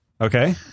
Okay